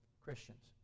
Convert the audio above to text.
Christians